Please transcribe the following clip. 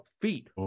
feet